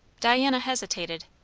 diana hesitated.